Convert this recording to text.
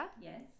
Yes